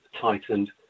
tightened